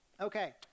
Okay